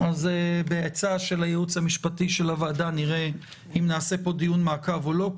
אז בעצה של הייעוץ המשפטי של הוועדה נראה אם נעשה פה דיון מעקב או לא.